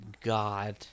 god